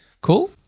Cool